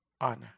honor